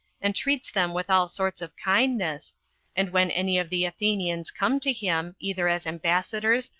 and treats them with all sorts of kindness and when any of the athenians come to him, either as ambassadors,